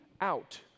out